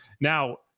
Now